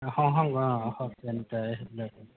হওক তেন্তে সেইবিলাক